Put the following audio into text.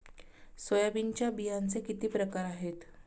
सोयाबीनच्या बियांचे किती प्रकार आहेत?